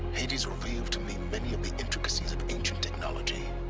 hades revealed to me many of the intricacies of ancient technology